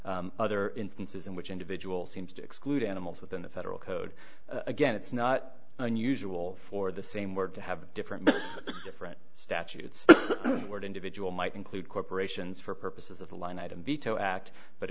about other instances in which individual seems to exclude animals within the federal code again it's not unusual for the same word to have different different statutes word individual might include corporations for purposes of the line item veto act but